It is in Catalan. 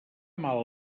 mal